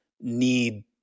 need